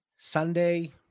Sunday